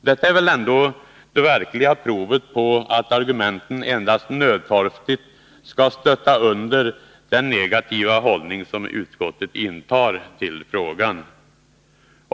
Detta är väl ändå det verkliga provet på att argumenten endast nödtorftigt skall stötta under den negativa hållning som utskottet intar till frågan.